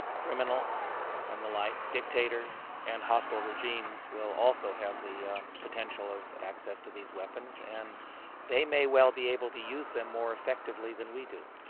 criminals and the like, dictators and hostile regimes will also have the potential of access to these weapons and they may well be able to use them more effectively than we do.